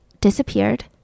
disappeared